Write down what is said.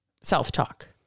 self-talk